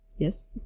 Yes